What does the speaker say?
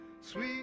sweet